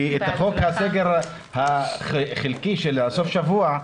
כי את החוק הזה החלקי של סוף השבוע,